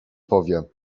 powie